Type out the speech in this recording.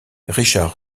richard